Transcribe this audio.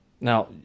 Now